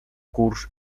curs